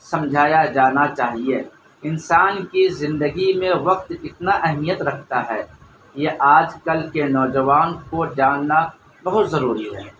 سمجھایا جانا چاہیے انسان کی زندگی میں وقت اتنا اہمیت رکھتا ہے یہ آج کل کے نوجوان کو جاننا بہت ضروری ہے